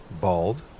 bald